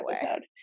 episode